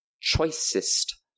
choicest